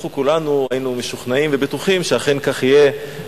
אנחנו כולנו היינו משוכנעים ובטוחים שאכן כך יהיה,